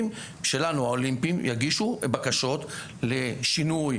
האולימפיים כדי שיגישו בקשות לשינוי.